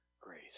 grace